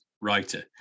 writer